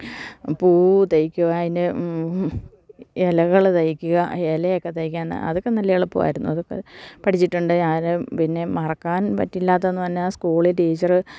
പൂവ് തയ്ക്കുക അതിന് ഇലകള് തയ്ക്കുക ഇലയൊക്കെ തയ്ക്കാൻ അതൊക്കെ നല്ല എളുപ്പമായിരുന്നു അതൊക്കെ പഠിച്ചിട്ടുണ്ട് ഞാന് പിന്നെ മറക്കാൻ പറ്റില്ലാത്തതെന്ന് പറഞ്ഞാല് സ്കൂളില് ടീച്ചര്